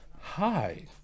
Hi